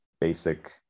basic